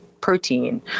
protein